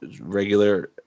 regular